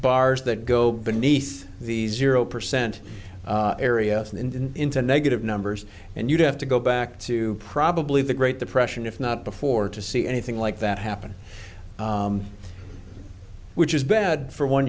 bars that go beneath the zero percent area and in into negative numbers and you have to go back to probably the great depression if not before to see anything like that happen which is bad for one